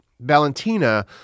Valentina